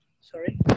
Sorry